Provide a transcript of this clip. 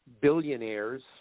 billionaires